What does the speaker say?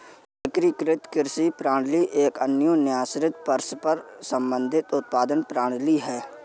एकीकृत कृषि प्रणाली एक अन्योन्याश्रित, परस्पर संबंधित उत्पादन प्रणाली है